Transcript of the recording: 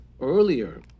earlier